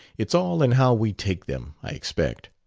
it's all in how we take them, i expect.